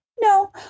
no